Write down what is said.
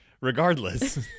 Regardless